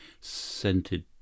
scented